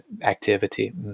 activity